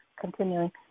continuing